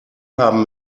haben